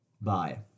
Bye